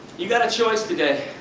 you got a choice today,